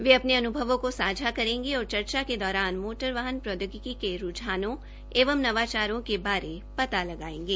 वे अपने अन्भवों को सांझा करेंगे और चर्चा के दौरान मोटर वाहन प्रौद्योगिकी के रूझानों के नवाचारों के बारे पता लगायेंगे